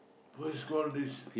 worse call this